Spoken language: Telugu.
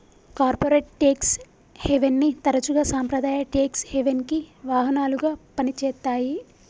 కార్పొరేట్ ట్యేక్స్ హెవెన్ని తరచుగా సాంప్రదాయ ట్యేక్స్ హెవెన్కి వాహనాలుగా పనిచేత్తాయి